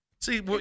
See